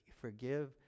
forgive